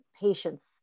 Patience